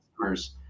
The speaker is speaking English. customers